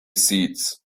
seeds